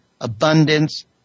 abundance